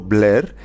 Blair